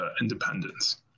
independence